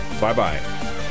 bye-bye